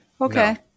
Okay